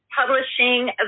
Publishing